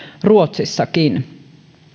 ruotsissakin